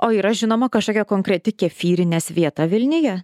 o yra žinoma kažkokia konkreti kefyrinės vieta vilniuje